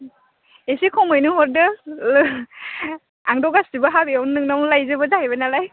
एसे खमैनो हरदो आंथ' गासिबो हाबायाव नोंनावनो लायजोबो जाहैबाय नालाय